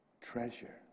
Treasure